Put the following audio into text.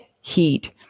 heat